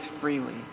freely